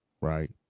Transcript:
right